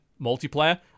multiplayer